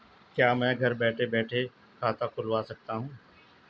क्या मैं घर बैठे खाता खुलवा सकता हूँ?